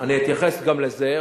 ואם מישהו מוכן, אני אתייחס גם לזה.